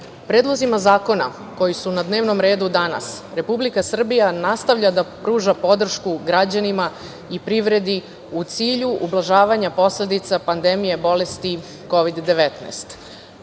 predlozima zakona koji su na dnevnom redu danas, Republika Srbija nastavlja da pruža podršku građanima i privredi u cilju ublažavanja posledica pandemija bolesti Kovid